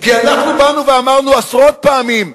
כי אנחנו באנו ואמרנו עשרות פעמים.